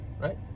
Right